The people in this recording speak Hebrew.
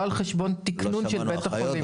לא על חשבון תקנון של בית החולים.